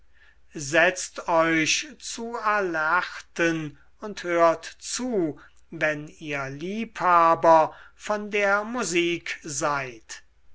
setzt euch zu alerten und hört zu wenn ihr liebhaber von der musik seid